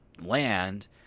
land